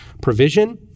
provision